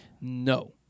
No